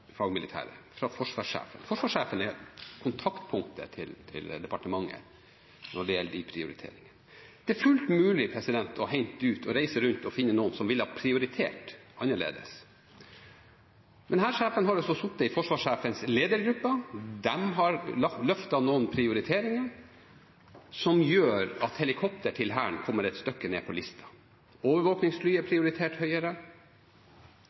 fagmilitære, fra forsvarssjefen. Forsvarssjefen er kontaktpunktet til departementet når det gjelder de prioriteringene. Det er fullt mulig å reise rundt og finne noen som ville ha prioritert annerledes. Denne sjefen har sittet i forsvarssjefens ledergruppe. De har løftet noen prioriteringer som gjør at helikoptre til Hæren kommer et stykke ned på listen. Overvåkingsfly er prioritert høyere,